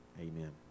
amen